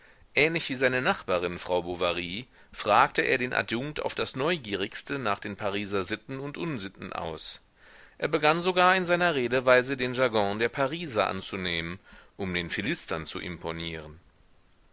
wie seine nachbarin frau bovary fragte er den adjunkt auf das neugierigste nach den pariser sitten und unsitten aus er begann sogar in seiner redeweise den jargon der pariser anzunehmen um den philistern zu imponieren